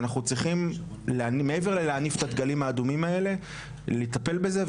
ואנחנו צריכים מעבר ללהניף את הדגלים האדומים האלה לטפל בזה.